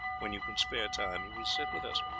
when you can spare time, you will sit with us.